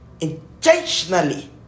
intentionally